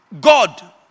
God